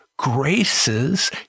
graces